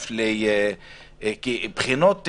בחינות תיאורטיות,